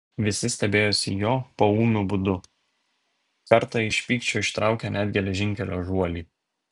visi stebėjosi jo poūmiu būdu kartą iš pykčio ištraukė net geležinkelio žuolį